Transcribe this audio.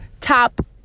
top